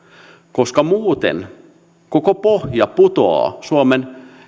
koska muuten koko pohja putoaa suomen